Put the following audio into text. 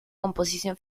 composición